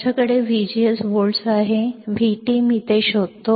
माझ्याकडे VGS volts आहेत VT मी ते शोधतो